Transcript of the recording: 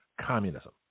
communism